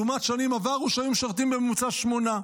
לעומת שנים עברו, שהיו משרתים בממוצע שמונה.